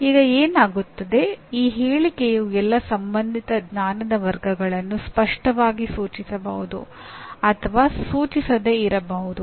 ಈಗ ಏನಾಗುತ್ತದೆ ಈ ಹೇಳಿಕೆಯು ಎಲ್ಲಾ ಸಂಬಂಧಿತ ಜ್ಞಾನದ ವರ್ಗಗಳನ್ನು ಸ್ಪಷ್ಟವಾಗಿ ಸೂಚಿಸಬಹುದು ಅಥವಾ ಸೂಚಿಸದೆ ಇರಬಹುದು